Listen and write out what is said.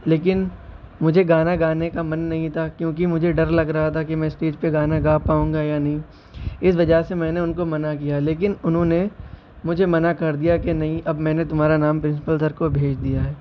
لیکن مجھے گانا گانے کا من نہیں تھا کیوں کہ مجھے ڈر لگ رہا تھا کہ میں اسٹیج پہ گانا گا پاؤں گا یا نہیں اس وجہ سے میں نے ان کو منع کیا لیکن انہوں نے مجھے منع کر دیا کہ نہیں اب میں نے تمہارا نام پرنسپل سر کو بھیج دیا ہے